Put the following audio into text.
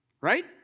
right